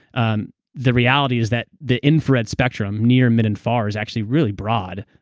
um the reality is that the infrared spectrum near, mid and far is actually really broad,